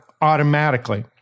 automatically